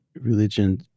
religion